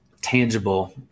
tangible